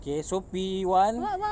okay so P one